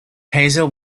hazel